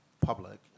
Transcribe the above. public